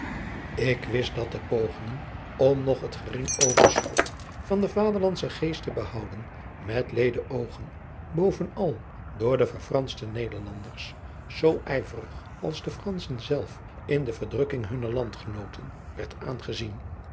ik wist dat de pogingen om nog het gering overschot van den vaderlandschen geest te behouden met leede oogen bovenal door de verfranschte nederlanders zoo ijverig als de franschen zelf in de verdrukking hunner landgenooten werd aangezien